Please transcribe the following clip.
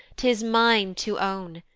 tis mine to own,